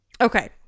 Okay